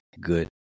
good